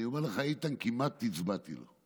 אני אומר לך, איתן, כמעט הצבעתי לו.